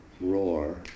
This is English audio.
roar